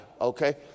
okay